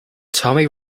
tommy